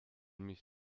mich